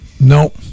No